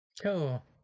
Cool